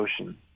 Ocean